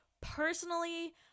Personally